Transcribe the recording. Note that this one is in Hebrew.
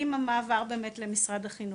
עם המעבר למשרד החינוך,